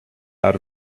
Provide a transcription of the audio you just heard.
out